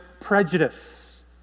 prejudice